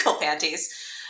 panties